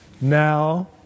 now